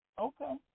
Okay